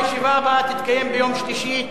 הישיבה הבאה תתקיים ביום שלישי,